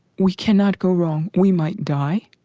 we cannot go wrong. we might die,